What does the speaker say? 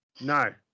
No